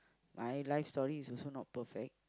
my life story is also not perfect